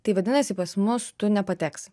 tai vadinasi pas mus tu nepateksi